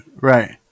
Right